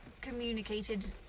communicated